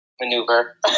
maneuver